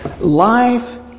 Life